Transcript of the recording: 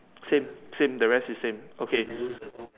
same same the rest is same okay